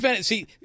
See